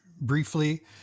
briefly